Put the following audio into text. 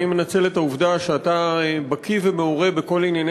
אני מנצל את העובדה שאתה בקי ומעורב בכל ענייני